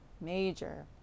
major